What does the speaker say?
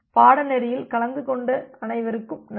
பாடநெறியில் கலந்து கொண்ட அனைவருக்கும் நன்றி